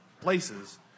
places